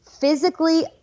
physically